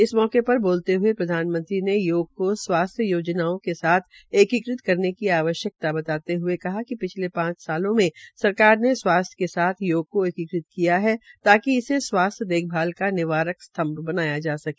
इस अवसर पर बोलते हये प्रधानमंत्री ने योग की स्वास्थ्य योजनाओं के साथ एकीकृत करने की आवश्यक्ता बताते हये कहा कि पिछले पांच वर्षो में सरकार ने स्वास्थ्य के साथ योग को एकीकृत किया है ताकि इसे स्वास्थ्य देखभाल का निवारक स्तंभ बनाया जा सके